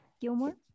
Gilmore